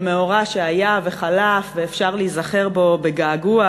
מאורע שהיה וחלף ואפשר להיזכר בו בגעגוע,